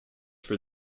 for